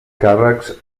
càrrecs